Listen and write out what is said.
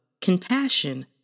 compassion